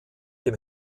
dem